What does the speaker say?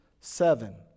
seven